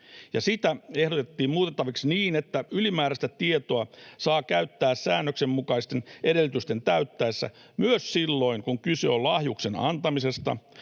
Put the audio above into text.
sitä ehdotettiin muutettavaksi niin, että ylimääräistä tietoa saa käyttää säännöksen mukaisten edellytysten täyttyessä myös silloin, kun kyse on lahjuksen antamisesta,